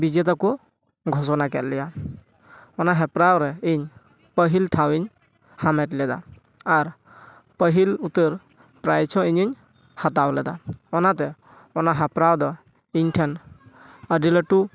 ᱵᱤᱡᱮᱛᱟ ᱠᱚ ᱜᱷᱳᱥᱳᱱᱟ ᱠᱮᱫ ᱞᱮᱭᱟ ᱚᱱᱟ ᱦᱮᱯᱨᱟᱣ ᱨᱮ ᱤᱧ ᱯᱟᱹᱦᱤᱞ ᱴᱷᱟᱶᱤᱧ ᱦᱟᱢᱮᱴ ᱞᱮᱫᱟ ᱟᱨ ᱯᱟᱹᱦᱤᱞ ᱩᱛᱟᱹᱨ ᱯᱨᱟᱭᱤᱡᱽ ᱦᱚᱸ ᱤᱧᱤᱧ ᱦᱟᱛᱟᱣ ᱞᱮᱫᱟ ᱚᱱᱟᱛᱮ ᱚᱱᱟ ᱦᱮᱯᱨᱟᱣ ᱫᱚ ᱤᱧᱴᱷᱮᱱ ᱟᱹᱰᱤ ᱞᱟᱹᱴᱩ